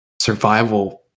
survival